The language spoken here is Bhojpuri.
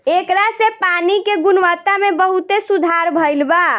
ऐकरा से पानी के गुणवत्ता में बहुते सुधार भईल बा